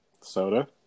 Soda